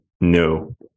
no